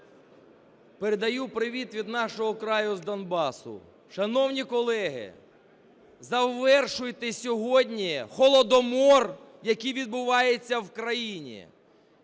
Передаю привіт від нашого краю з Донбасу. Шановні колеги, завершуйте сьогодні холодомор, який відбувається в країні.